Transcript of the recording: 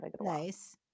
Nice